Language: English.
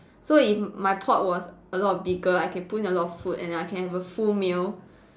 so if my pot was a lot bigger I can put in a lot of food and I can have a full meal